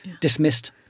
dismissed